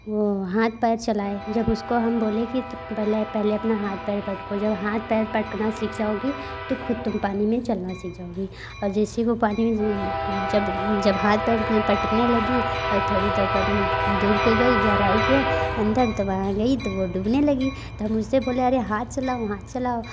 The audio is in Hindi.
वो हाथ पैर चलाए जब उसको हम बोले कि पेहले अपना हाथ पैर पटको जब हाथ पैर पटकना सीख जाओगे तो खुद तुम पानी में चलना सीख जाओगे और जैसे वो पानी में जब जब हाथ पैर पटकने लगी और थोड़ी देर दूर पे गई गहराई के अंदर तब वहाँ गई तो वो डूबने लगी तब मुझसे बोले अरे हाथ चलाओ हाथ चलाओ